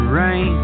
rain